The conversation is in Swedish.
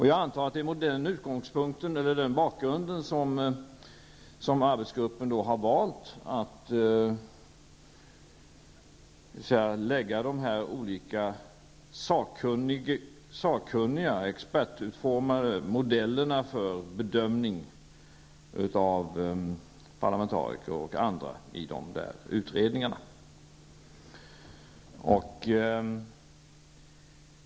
Jag antar att det är mot den bakgrunden som arbetsgruppen har valt att lägga fram de olika expertutformade modellerna för bedömning av parlamentariker och andra i de aktuella utredningarna.